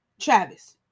travis